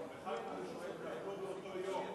הזיכרון וחג נבי שועייב נפלו באותו יום,